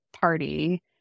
party